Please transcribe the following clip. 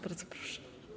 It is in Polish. Bardzo proszę.